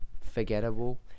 forgettable